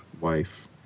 wife